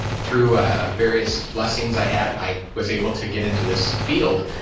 through ah various blessings i had, i was able to get into this field.